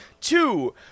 Two